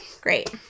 Great